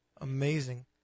Amazing